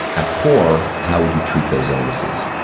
at core, how would you treat those illnesses?